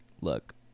look